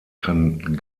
kann